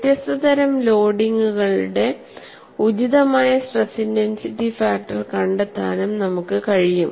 വ്യത്യസ്ത തരം ലോഡിംഗുകളുടെ ഉചിതമായ സ്ട്രെസ് ഇന്റെൻസിറ്റി ഫാക്ടർ കണ്ടെത്താനും നമുക്ക് കഴിയും